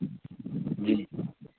جی